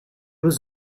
was